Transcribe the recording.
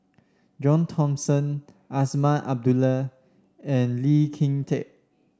John Thomson Azman Abdullah and Lee Kin Tat